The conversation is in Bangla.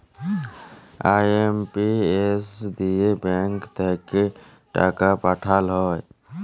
আই.এম.পি.এস দিয়ে ব্যাঙ্ক থাক্যে টাকা পাঠাল যায়